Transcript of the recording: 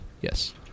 Yes